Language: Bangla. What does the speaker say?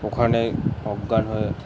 ওখানে অজ্ঞান হয়ে